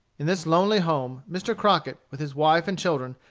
in this lonely home, mr. crockett, with his wife and children,